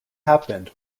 happened